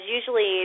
usually